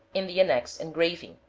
in the annexed engraving,